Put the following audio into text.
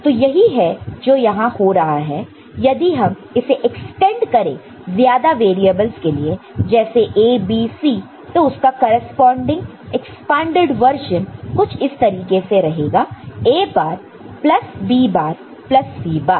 तो यही है जो यहां हो रहा है यदि हम इसे एक्सटेंड करें ज्यादा वैरियेबल्स के लिए जसे A B C तो उसका करेस्पॉन्डिंग एक्सपांडड वर्जन कुछ इस तरीके से रहेगा A bar plus B bar plus C bar